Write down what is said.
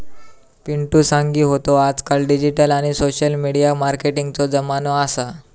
पिंटु सांगी होतो आजकाल डिजिटल आणि सोशल मिडिया मार्केटिंगचो जमानो असा